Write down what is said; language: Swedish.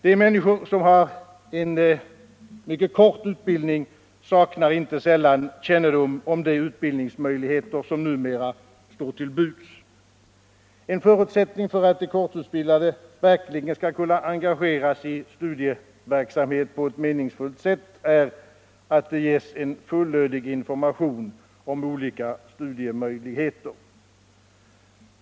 De människor som har en mycket kort utbildning saknar inte sällan kännedom om de utbildningsmöjligheter som numera står till buds. En förutsättning för att de kortutbildade verkligen skall kunna engageras i studieverksamhet på ett meningsfullt sätt är att de ges en fullödig information om olika studiemöjligheter.